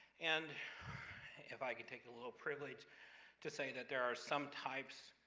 and if i could take a little privilege to say that there are some types,